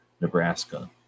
Nebraska